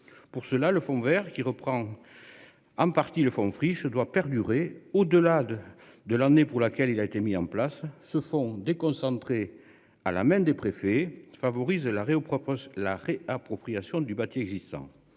Pour cela le fond Vert qui reprend. En partie le fond Free doit perdurer au-delà de de l'année pour laquelle il a été mis en place, ce sont des concentrés à la main des préfets favorise l'arrêt au propre, la réappropriation du bâti existant.